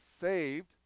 saved